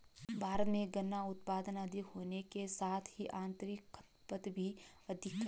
भारत में गन्ना उत्पादन अधिक होने के साथ ही आतंरिक खपत भी अधिक है